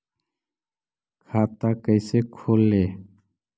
खाता कैसे खोले?